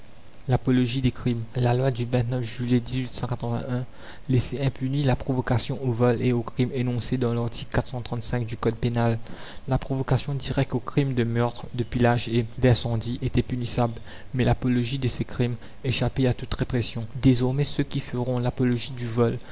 crimes la loi du juillet laissait impunie la provocation au vol et aux crimes énoncés dans larticle du code pénal la provocation directe aux crimes de meurtre de pillage et d'incendie était punissable mais l'apologie de ces crimes échappait à toute répression désormais ceux qui feront l'apologie du vol